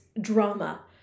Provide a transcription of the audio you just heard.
drama